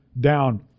down